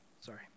Sorry